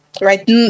right